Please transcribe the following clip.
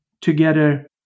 together